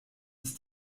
ist